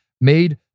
made